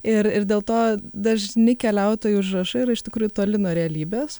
ir ir dėl to dažni keliautojų užrašai yra iš tikrųjų toli nuo realybės